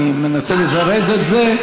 אני מנסה לזרז את זה.